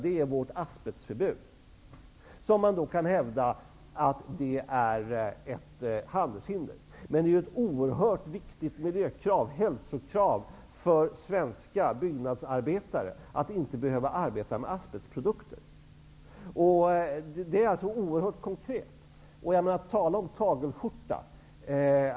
Det är vårt asbestförbud. Man kan hävda att det är ett handelshinder, men det är ett oerhört viktigt miljöoch hälsokrav för svenska byggnadsarbetare att inte behöva arbeta med asbestprodukter. Det är oerhört konkret. Tala om tagelskjorta!